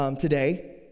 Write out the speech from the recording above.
today